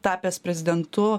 tapęs prezidentu